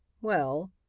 well—